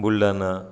Buldhana